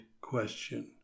question